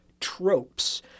tropes